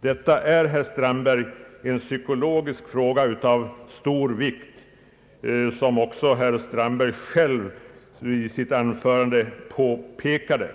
Detta är en psykologisk fråga av stor vikt, vilket också herr Strandberg påpekade i sitt anförande.